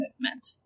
movement